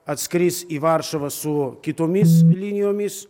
atskris į varšuvą su kitomis linijomis